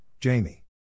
Jamie